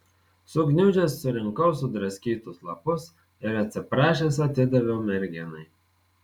sugniužęs surinkau sudraskytus lapus ir atsiprašęs atidaviau merginai